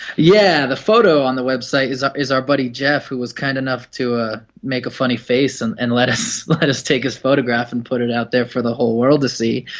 yeah the photo on the website is our is our buddy geoff who was kind enough to ah make a funny face and and let us let us take his photograph and put it out there for the whole world to see.